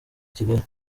kigali